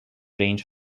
range